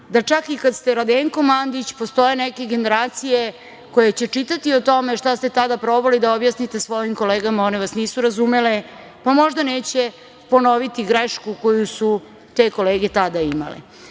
da čak i kad ste Radenko Mandić postoje neke generacije koje će čitati o tome šta ste tada probali da objasnite svojim kolegama, one vas nisu razumele, pa možda neće ponoviti grešku koju su te kolege tada